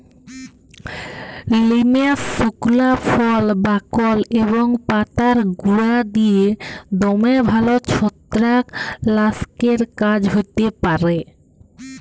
লিমের সুকলা ফল, বাকল এবং পাতার গুঁড়া দিঁয়ে দমে ভাল ছত্রাক লাসকের কাজ হ্যতে পারে